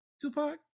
Tupac